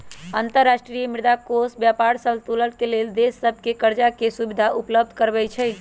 अंतर्राष्ट्रीय मुद्रा कोष व्यापार संतुलन के लेल देश सभके करजाके सुभिधा उपलब्ध करबै छइ